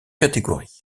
catégories